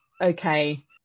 okay